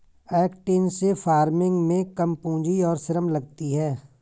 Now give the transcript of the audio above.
extensive farming में कम पूंजी और श्रम लगती है